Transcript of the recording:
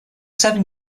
seven